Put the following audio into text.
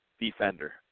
defender